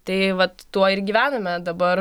tai vat tuo ir gyvename dabar